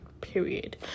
period